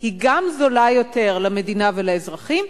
היא גם זולה יותר למדינה ולאזרחים,